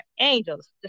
Angels